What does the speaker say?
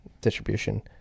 distribution